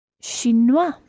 chinois